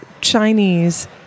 Chinese